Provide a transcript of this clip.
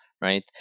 Right